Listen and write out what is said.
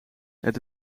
het